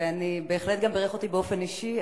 ובהחלט גם בירך אותי באופן אישי.